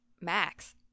Max